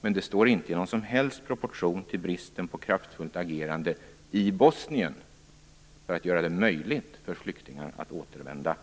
Men de står inte i någon som helst proportion till bristen på kraftfullt agerande i Bosnien för att göra det möjligt för flyktingar att återvända.